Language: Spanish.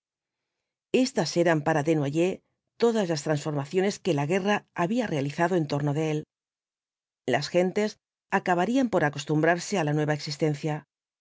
estas eran para desnoyers todas las transformaciones que a guerra había realizado en torno de él las gentes acabarían por acostumbrarse á la nueva existencia